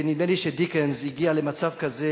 ונדמה לי שדיקנס הגיע למצב כזה,